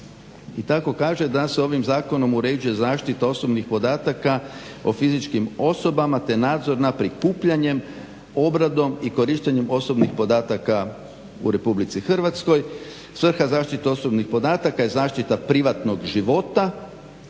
I tako kaže da se ovim zakonom uređuje zaštita osobnih podataka o fizičkim osobama, te nadzor nad prikupljanjem, obradom i korištenjem osobnih podataka u Republici Hrvatskoj. Svrha zaštite osobnih podataka je zaštita privatnog života